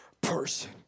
person